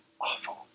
awful